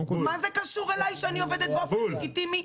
מה זה קשור אליי שאני עובדת באופן לגיטימי?